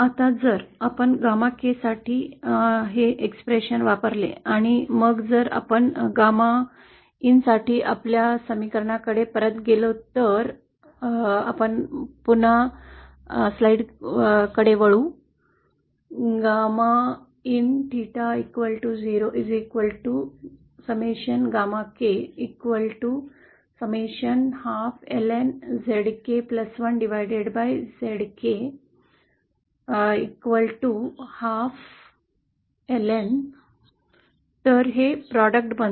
आता जर आपण गॅमा केसाठी हा समीकरण वापरला आणि मग जर आपण गॅमा इनसाठी आपल्या समीकरण कडे परत गेलो तर आपण पुन्हा स्लाईड्सकडे वळू तर हे गुणाकार बनते